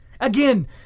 Again